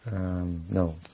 No